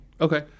Okay